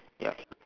ya